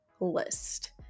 list